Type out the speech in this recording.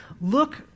look